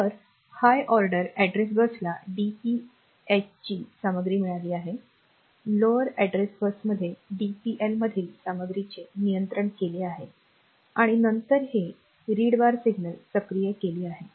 तर high order address बसला डीपीएचची सामग्री मिळाली आहे लोअर अॅड्रेस बसमध्ये डीपीएलमधील सामग्रीचे नियंत्रण केले आहे आणि नंतर हे रीड बार सिग्नल सक्रिय केले आहे